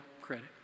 credit